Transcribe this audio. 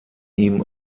ihm